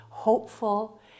hopeful